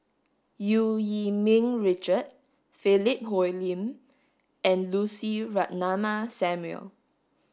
Eu Yee Ming Richard Philip Hoalim and Lucy Ratnammah Samuel